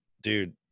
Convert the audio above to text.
dude